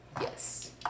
yes